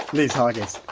liz hargest,